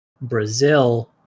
Brazil